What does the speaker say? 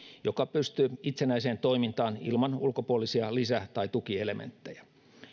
joka pystyy itsenäiseen toimintaan ilman ulkopuolisia lisä tai tukielementtejä